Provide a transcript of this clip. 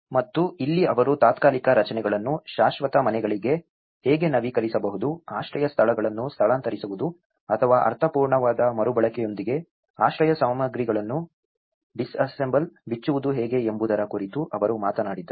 ಮತ್ತು ಇಲ್ಲಿ ಅವರು ತಾತ್ಕಾಲಿಕ ರಚನೆಗಳನ್ನು ಶಾಶ್ವತ ಮನೆಗಳಿಗೆ ಹೇಗೆ ನವೀಕರಿಸಬಹುದು ಆಶ್ರಯ ಸ್ಥಳಗಳನ್ನು ಸ್ಥಳಾಂತರಿಸುವುದು ಅಥವಾ ಅರ್ಥಪೂರ್ಣವಾದ ಮರುಬಳಕೆಯೊಂದಿಗೆ ಆಶ್ರಯ ಸಾಮಗ್ರಿಗಳನ್ನು ಬಿಚ್ಚುವುದು ಹೇಗೆ ಎಂಬುದರ ಕುರಿತು ಅವರು ಮಾತನಾಡಿದರು